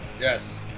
Yes